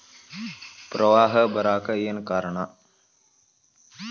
ಪ್ರವಾಹ ಬರಾಕ್ ಏನ್ ಕಾರಣ?